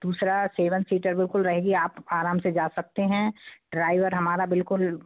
दूसरा seven seater बिल्कुल रहेगी आप आराम से जा सकते हैं ड्राइवर हमारा बिल्कुल